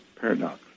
paradox